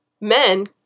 men